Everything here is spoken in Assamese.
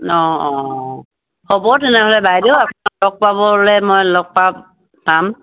অঁ অঁ হ'ব তেনেহ'লে বাইদেউ আপোনাক লগ পাবলৈ মই লগ পাম পাম